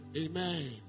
Amen